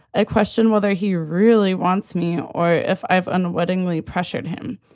ah question whether he really wants me or if i have unwittingly pressured him.